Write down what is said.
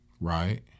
right